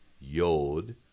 Yod